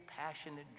passionate